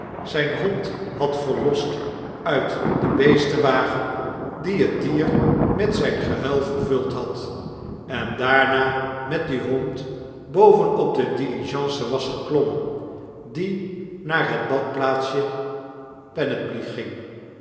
zjp hond had verlost uit den beestenwagen dien het dier met zjjn gehuil vervuld had en daarna met dien hond boven op de diligence was geklommen die naar het badplaatsje penethly ging